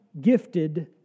gifted